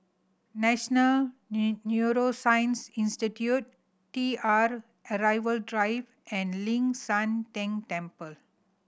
National New Neuroscience Institute T R Arrival Drive and Ling San Teng Temple